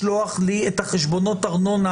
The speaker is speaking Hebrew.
לשליחה ולשקילות הוא מסירת שני מענים דיגיטליים.